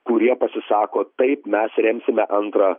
kurie pasisako taip mes remsime antrą